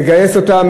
לגייס אותם,